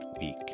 week